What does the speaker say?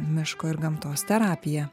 miško ir gamtos terapija